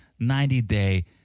90-day